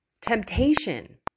temptation